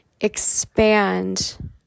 expand